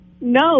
No